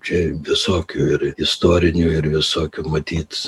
čia visokių ir istorinių ir visokių matyt